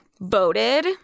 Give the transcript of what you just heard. voted